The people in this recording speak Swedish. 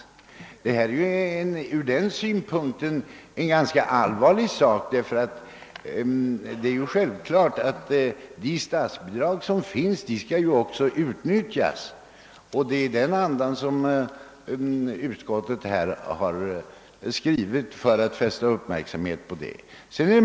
Ur den synpunkten är det hela en ganska allvarlig sak; det är självklart att de statsbidrag som finns skall utnyttjas, och detta har utskottet genom sin skrivning velat fästa uppmärksamheten på.